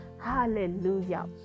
Hallelujah